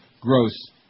Gross